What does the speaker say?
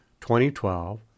20.12